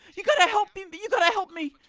you gotta help me be you gotta help me.